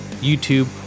YouTube